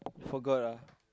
you forgot ah